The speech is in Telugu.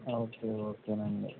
ఓకే ఓకే అండి